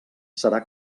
serà